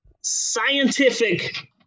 scientific